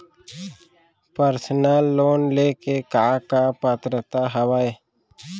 Personal loan ले के का का पात्रता का हवय?